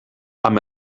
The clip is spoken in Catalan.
amb